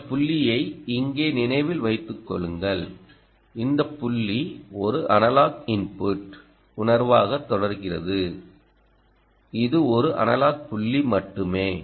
இந்த புள்ளியை இங்கே நினைவில் வைத்துக் கொள்ளுங்கள் இந்த புள்ளி ஒரு அனலாக் இன்புட் உணர்வாக தொடர்கிறது இது ஒரு அனலாக் புள்ளி மட்டுமே